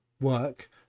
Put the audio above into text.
work